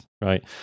right